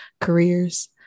careers